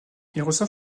reçoivent